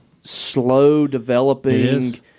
slow-developing